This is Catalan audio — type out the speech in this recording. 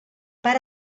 per